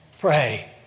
Pray